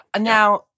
Now